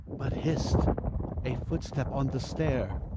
but hist a footstep on the stair.